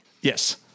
Yes